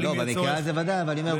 אבל אם יהיה צורך ויוזמה,